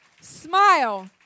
Smile